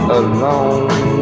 alone